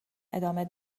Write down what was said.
ادامه